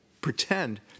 pretend